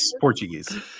Portuguese